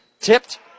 tipped